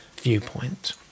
viewpoint